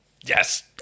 yes